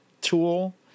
tool